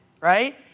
right